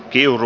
kiuru